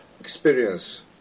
experience